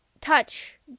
touch